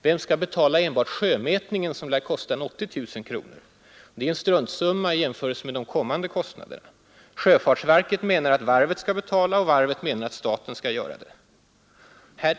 Vem skall betala sjömätningen, som bara den lär kosta ca 80000 kronor? Det är en struntsumma i jämförelse med de kommande kostnaderna. Sjöfartsverket menar att varvet skall betala och varvet menar att staten skall göra det.